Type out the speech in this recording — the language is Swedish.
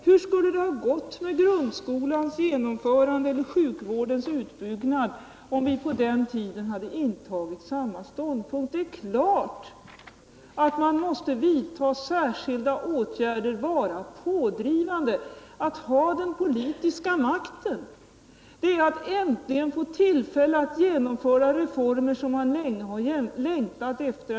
Hur skulle det ha gått med grundskolans genomförande eller med sjukvårdens utbyggnad om vi på den tiden hade intagit en sådan ståndpunkt? Det är klart att man måste vidta särskilda åtgärder och vara pådrivande, när nya reformer skall genomföras. Att ha den politiska makten är att äntligen få tillfälle att genomföra reformer som man länge har längtat efter.